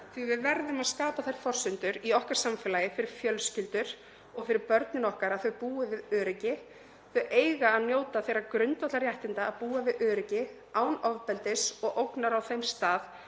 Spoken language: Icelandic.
að við verðum að skapa þær forsendur í okkar samfélagi fyrir fjölskyldur og fyrir börnin okkar að þau búi við öryggi. Þau eiga að njóta þeirra grundvallarréttinda að búa við öryggi án ofbeldis og ógnar á þeim stað